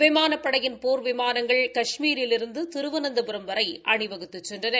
விமானப்படையின் போர் விமானங்கள் கஷ்மீரிலிருந்து திருவனந்தபுரம் வரை அணி வகுத்து சென்றன